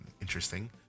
Interesting